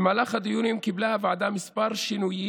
במהלך הדיונים קיבלה הוועדה כמה שינויים